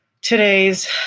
today's